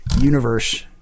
universe